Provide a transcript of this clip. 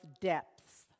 depths